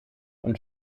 und